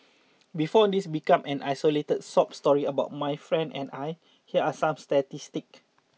before this become an isolated sob story about my friend and I here are some statistics